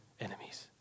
enemies